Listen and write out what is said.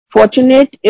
Fortunate